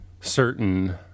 certain